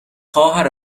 خواهر